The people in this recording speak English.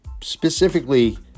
specifically